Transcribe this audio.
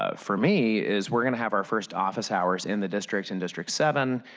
ah for me is we are going to have our first office hours in the district, and district seven.